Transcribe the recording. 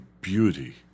beauty